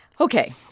Okay